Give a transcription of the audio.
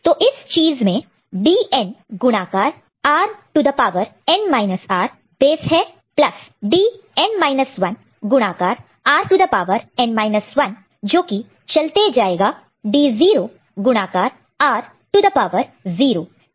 तो इस चीज में d n गुणाकार multiplied multiplied r to the power n r base है प्लस d n 1 गुणाकार multiplied multiplied r to the power n 1 जोकि चलते जाएगा d0 गुणाकार multiplied multiplied r to the power 0 plus